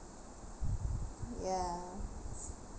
ya